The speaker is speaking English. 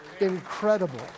incredible